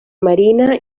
marina